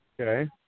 Okay